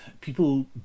people